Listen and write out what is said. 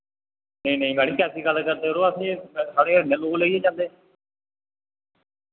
नेईं नेईं मैडम कैसी गल्ल करदे ओ यरो असें साढ़े इन्ने लोक लेइयै जन्दे